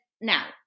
now